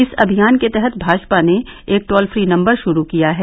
इस अभियान के तहत भाजपा ने एक टोल फ्री नम्बर शुरू किया है